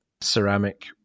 ceramic